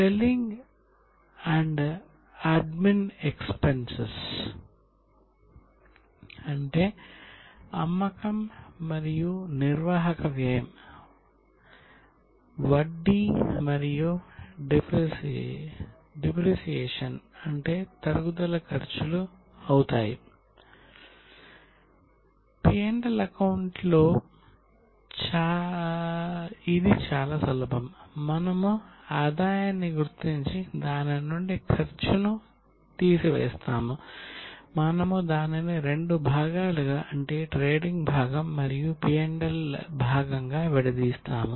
P L account లో ఇది చాలా సులభం మనము ఆదాయాన్ని గుర్తించి దాని నుండి ఖర్చును తీసివేస్తాము మనము దానిని రెండు భాగాలుగా అంటే ట్రేడింగ్ భాగం మరియు P L భాగంగా విడదీస్తాము